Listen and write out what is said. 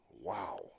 wow